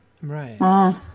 Right